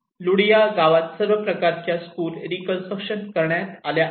लुडिया गावात सर्व प्रकारच्या स्कूल रीकन्स्ट्रक्शन करण्यात आल्या आहेत